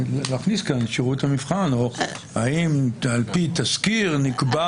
זאת אומרת להכניס כאן את שירות המבחן או על פי תסקיר נקבע